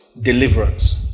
deliverance